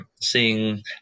seeing